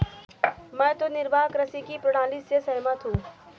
मैं तो निर्वाह कृषि की प्रणाली से सहमत हूँ